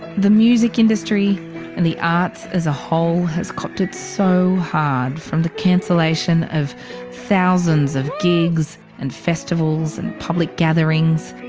the music industry and the arts as a whole has copped it so hard from the cancellation of thousands of gigs, and festivals and public gatherings